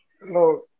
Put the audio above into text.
No